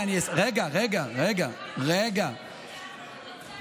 רגע, אני, רגע, רגע, רגע, רגע.